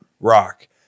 rock